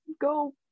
go